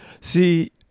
See